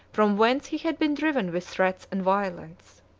from whence he had been driven with threats and violence.